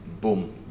boom